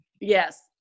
Yes